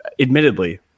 admittedly